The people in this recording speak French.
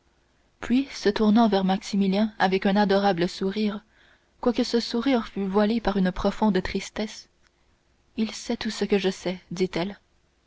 puis se tournant vers maximilien avec un adorable sourire quoique ce sourire fût voilé par une profonde tristesse il sait tout ce que je sais dit-elle